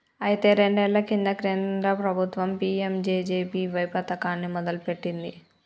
అయితే రెండేళ్ల కింద కేంద్ర ప్రభుత్వం పీ.ఎం.జే.జే.బి.వై పథకాన్ని మొదలుపెట్టింది